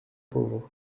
pauvres